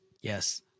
Yes